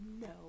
No